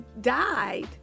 died